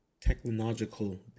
Technological